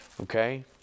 okay